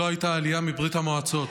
לא הייתה עלייה מברית המועצות.